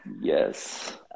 Yes